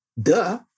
Duh